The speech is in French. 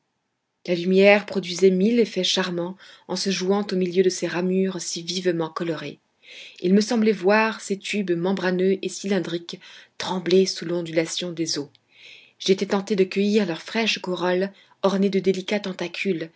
la lumière produisait mille effets charmants en se jouant au milieu de ces ramures si vivement colorées il me semblait voir ces tubes membraneux et cylindriques trembler sous l'ondulation des eaux j'étais tenté de cueillir leurs fraîches corolles ornées de délicats tentacules